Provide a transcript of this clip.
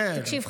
תקשיב,